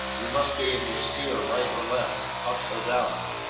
we must be able to steer right or left, up or down!